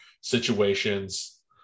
situations